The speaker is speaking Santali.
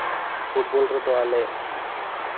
ᱯᱷᱩᱴᱵᱚᱞ ᱨᱮᱫᱚ ᱟᱞᱮ